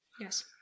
Yes